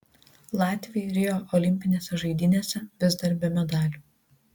latviai rio olimpinėse žaidynėse vis dar be medalių